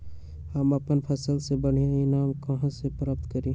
हम अपन फसल से बढ़िया ईनाम कहाँ से प्राप्त करी?